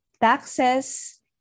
taxes